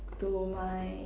to my